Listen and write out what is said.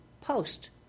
post